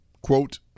quote